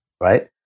right